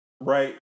right